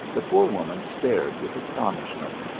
the poor woman stared with astonishment,